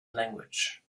language